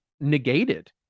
negated